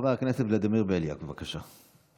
חבר הכנסת ולדימיר בליאק, בבקשה.